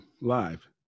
live